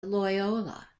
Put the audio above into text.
loyola